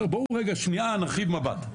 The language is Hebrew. בואו רגע שניה נרחיב מבט.